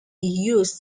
used